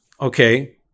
Okay